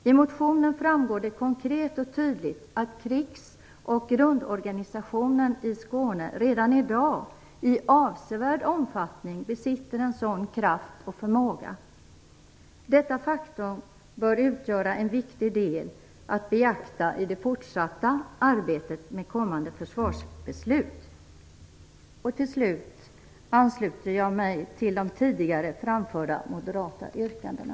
I motionen framgår det konkret och tydligt att krigs och grundorganisationen i Skåne redan i dag i avsevärd omfattning besitter en sådan kraft och förmåga. Detta faktum bör utgöra en viktig del att beakta i det fortsatta arbetet med kommande försvarsbeslut. Till sist ansluter jag mig till de tidigare framförda moderata yrkandena.